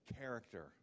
character